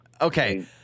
Okay